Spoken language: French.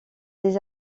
des